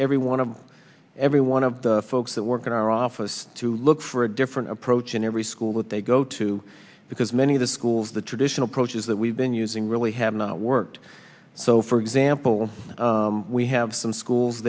every one of every one of the folks that work in our office to look for a different approach in every school that they go to because many of the schools the traditional approaches that we've been using really have not worked so for example we have some schools